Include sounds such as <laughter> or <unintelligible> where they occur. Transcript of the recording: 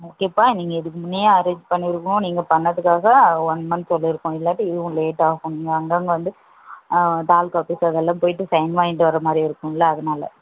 ஓகேப்பா நீங்கள் இதுக்கு முன்னேயே அரேஞ் பண்ணிருக்கோம் நீங்கள் பண்ணதுக்காக ஒன் மன்த் சொல்லிருக்கோம் இல்லாட்டி இதுவும் லேட்டாகும் <unintelligible> வந்து தாலுகா ஆஃபிஸ் அதெல்லாம் போயிட்டு சைன் வாங்கிட்டு வர்ற மாதிரி இருக்குல்ல அதனால்